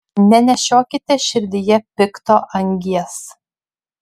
nenešiokite širdyje pikto angies